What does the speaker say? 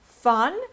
fun